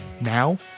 Now